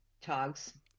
togs